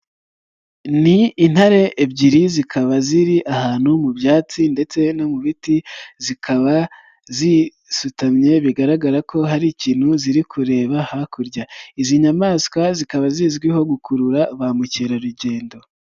Ni intare ebyiri zikaba ziri ahantu mu byatsi ndetse no mu biti zikaba zisutamye bigaragara ko hari ikintu ziri kureba hakurya, izi nyamaswa zikaba zizwiho gukurura ba mukerarugendo.